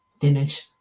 finish